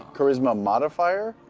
charisma modifier?